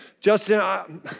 Justin